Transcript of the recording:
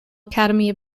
academy